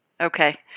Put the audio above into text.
Okay